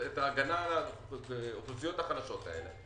את ההגנה על האוכלוסיות החלשות האלה,